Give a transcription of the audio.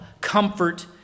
comfort